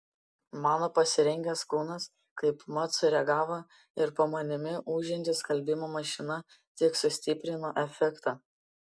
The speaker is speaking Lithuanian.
mano pasirengęs kūnas kaip mat sureagavo ir po manimi ūžianti skalbimo mašina tik sustiprino efektą